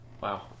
wow